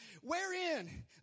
wherein